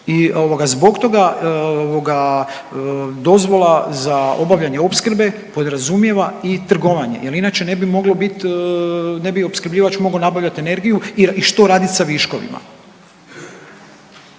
toga ovoga dozvola za obavljanje opskrbe podrazumijeva i trgovanje jer inače ne bi moglo biti ne bi opskrbljivač mogao nabavljati energiju i što raditi s viškovima.